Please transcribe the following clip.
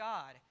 God